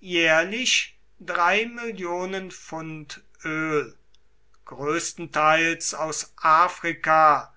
jährlich millionen pfund öl größtenteils aus afrika